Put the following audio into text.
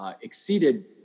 exceeded